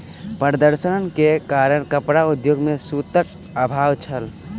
प्रदर्शन के कारण कपड़ा उद्योग में सूतक अभाव छल